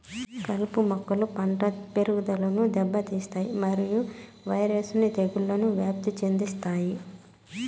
కలుపు మొక్కలు పంట పెరుగుదలను దెబ్బతీస్తాయి మరియు వైరస్ ను తెగుళ్లను వ్యాప్తి చెందిస్తాయి